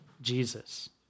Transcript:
Jesus